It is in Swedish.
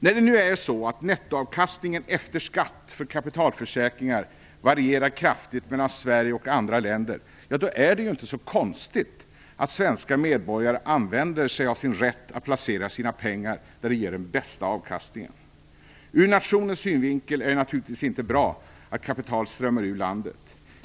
När det nu är så att nettoavkastningen efter skatt för kapitalförsäkringar varierar kraftigt mellan Sverige och andra länder är det inte konstigt att svenska medborgare använder sig av sin rätt att placera sina pengar där de ger den bästa avkastningen. Ur nationens synvinkel är det naturligtvis inte bra att kapital strömmar ur landet.